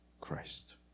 Christ